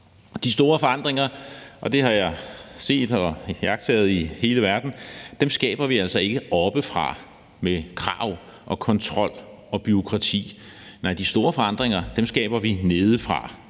De store forandringer – det har jeg også set og iagttaget i hele verden – skaber vi altså ikke oppefra med krav, kontrol og bureaukrati. Nej, de store forandringer skaber vi nedefra